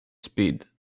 speed